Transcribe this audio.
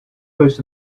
post